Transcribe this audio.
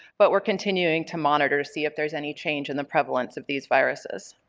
but we're continuing to monitor to see if there's any change in the prevalence of these viruses.